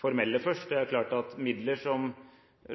formelle først: Det er klart at midler som